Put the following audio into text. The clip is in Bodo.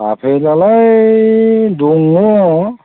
आफेलालाय दङ